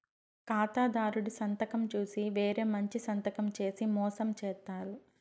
ఖాతాదారుడి సంతకం చూసి వేరే మంచి సంతకం చేసి మోసం చేత్తారు